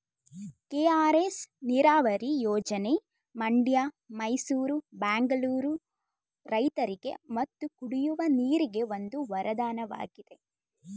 KRS ನೀರವರಿ ಯೋಜನೆ ಮಂಡ್ಯ ಮೈಸೂರು ಬೆಂಗಳೂರು ರೈತರಿಗೆ ಮತ್ತು ಕುಡಿಯುವ ನೀರಿಗೆ ಒಂದು ವರದಾನವಾಗಿದೆ